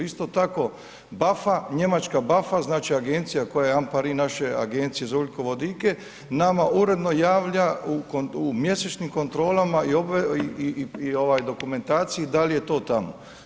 Isto tako, BAFA, njemačka BAFA znači agencija koja je ampari naše Agencije za ugljikovodike, nama uredno javlja u mjesečnim kontrolama i dokumentaciji da li je to tamo.